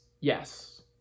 yes